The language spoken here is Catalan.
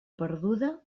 perduda